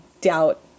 doubt